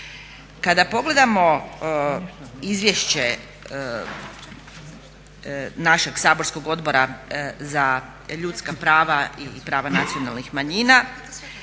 Kada pogledamo izvješće našeg saborskog Odbora za ljudska prava i prava nacionalnih manjina,